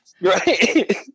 Right